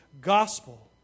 gospel